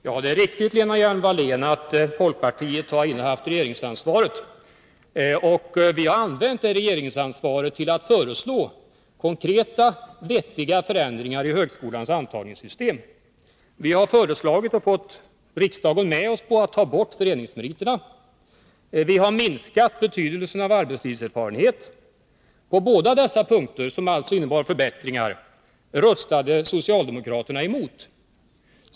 Herr talman! Ja, det är riktigt, Lena Hjelm-Wallén, att folkpartiet har innehaft regeringsansvaret. Och vi har använt det regeringsansvaret till att föreslå konkreta, vettiga förändringar i högskolans antagningssystem. Vi har föreslagit — och fått riksdagen med oss på det — att man skall ta bort föreningsmeriterna. Vi har minskat betydelsen av arbetslivserfarenhet. På båda dessa punkter, som alltså innebar förbättringar, röstade socialdemokraterna emot oss.